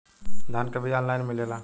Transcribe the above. धान के बिया ऑनलाइन मिलेला?